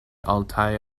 altaj